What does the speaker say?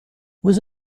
was